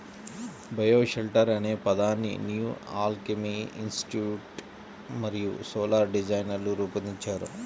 bioshelter అనే పదాన్ని New Alchemy Institute మరియు సోలార్ డిజైనర్లు రూపొందించారు